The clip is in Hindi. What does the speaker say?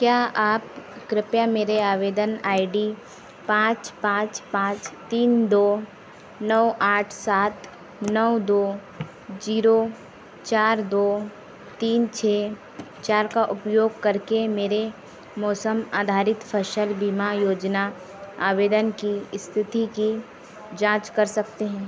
क्या आप कृपया मेरे आवेदन आई डी पाँच पाँच पाँच तीन दो नौ आठ सात नौ दो ज़ीरो चार दो तीन छह चार का उपयोग करके मेरे मौसम आधारित फ़सल बीमा योजना आवेदन की इस्थिति की जाँच कर सकते हैं